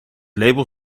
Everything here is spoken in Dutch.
label